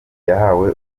yahawe